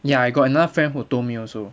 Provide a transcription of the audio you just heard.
ya I got another friend who told me also